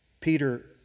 Peter